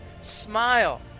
Smile